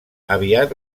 aviat